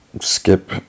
skip